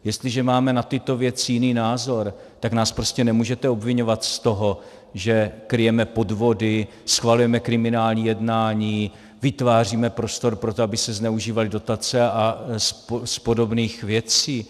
Jestliže máme na tyto věci jiný názor, tak nás prostě nemůžete obviňovat z toho, že kryjeme podvody, schvalujeme kriminální jednání, vytváříme prostor pro to, aby se zneužívaly dotace, a z podobných věcí.